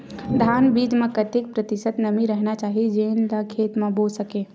धान बीज म कतेक प्रतिशत नमी रहना चाही जेन ला खेत म बो सके?